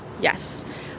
Yes